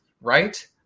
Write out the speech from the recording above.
right